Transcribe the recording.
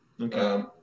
Okay